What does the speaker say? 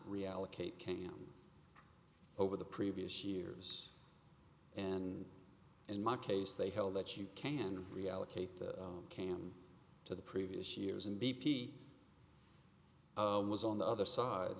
reallocate can over the previous years and in my case they held that you can reallocate the can to the previous years and b p was on the other side